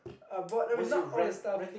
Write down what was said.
I bought I mean not all the stuff